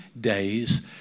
days